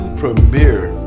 premiere